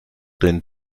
den